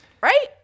right